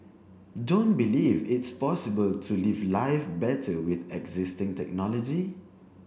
don't believe it's possible to live life better with existing technology